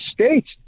states